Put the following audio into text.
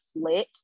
slit